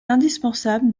indispensable